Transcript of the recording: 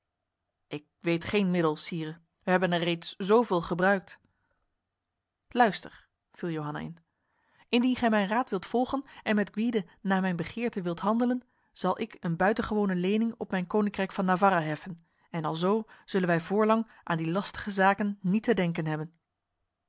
ik weet geen middel sire wij hebben er reeds zoveel gebruikt luister viel johanna in indien gij mijn raad wilt volgen en met gwyde na mijn begeerte wilt handelen zal ik een buitengewone lening op mijn koninkrijk van navarra heffen en alzo zullen wij voorlang aan die lastige zaken niet te denken hebben